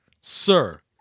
sir